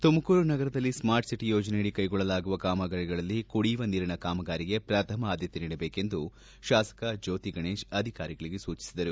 ತುಮಕೂರು ನಗರದಲ್ಲಿ smart city ಯೋಜನೆಯಡಿ ಕೈಗೊಳ್ಳಲಾಗುವ ಕಾಮಗಾರಿಗಳಲ್ಲಿ ಕುಡಿಯುವ ನೀರಿನ ಕಾಮಗಾರಿಗೆ ಪ್ರಥಮ ಆದ್ದತೆ ನೀಡಬೇಕೆಂದು ಶಾಸಕ ಜ್ವೋತಿ ಗಣೇಶ್ ಅಧಿಕಾರಿಗಳಿಗೆ ಸೂಚಿಸಿದರು